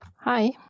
Hi